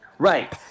Right